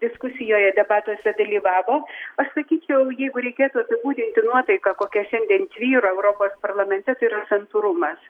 diskusijoje debatuose dalyvavo aš sakyčiau jeigu reikėtų apibūdinti nuotaiką kokia šiandien tvyro europos parlamente tai yra santūrumas